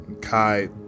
Kai